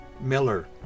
Miller